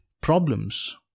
problems